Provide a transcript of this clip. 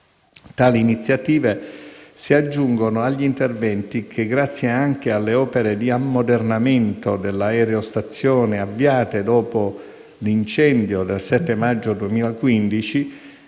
Tali iniziative si aggiungono agli interventi che, grazie anche alle opere di ammodernamento dell'aerostazione avviate dopo l'incendio del 7 maggio 2015,